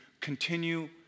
continue